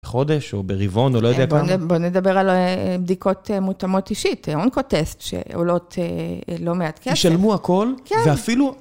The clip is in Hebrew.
חודש או ברבעון או לא יודע כמה. בוא נדבר על בדיקות מותאמות אישית, אונקו-טסט שעולות לא מעט כסף. ישלמו הכל ואפילו...